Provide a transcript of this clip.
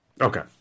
Okay